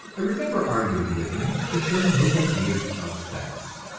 i remember arguing with him concerning his ideas of sex,